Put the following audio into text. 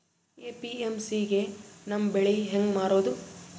APMC ಗೆ ನಮ್ಮ ಬೆಳಿ ಹೆಂಗ ಮಾರೊದ?